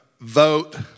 vote